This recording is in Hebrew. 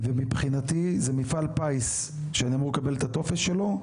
ומבחינתי זה מפעל פיס שאני אמור לקבל את הטופס שלו,